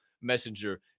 messenger